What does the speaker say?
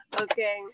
Okay